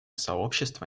сообщество